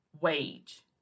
wage